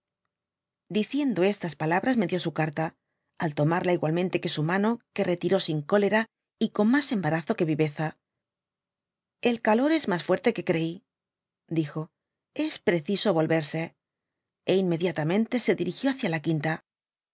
diciendo estas palabras me dio su carta al tomarla igualmente que su mano que retiró sin cólera y con mas embarazo que viveza el calor es mas fuerte que creí dijo j es preciso volverse é inmediatamente se dirigió hacia la quinta